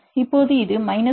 இப்போது இது 1